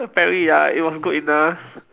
apparently ya it was good enough